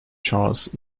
charles